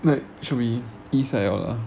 like should be east side liao lah